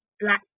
Black